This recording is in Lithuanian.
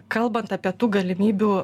kalbant apie tų galimybių